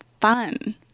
fun